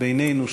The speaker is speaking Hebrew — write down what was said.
בינינו,